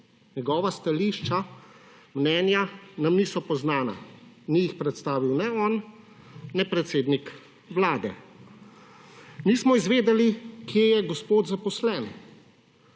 Njegova stališča, mnenja nam niso poznana, ni jih predstavil le on, ne predsednik Vlade. Nismo izvedeli kje je gospod zaposlen,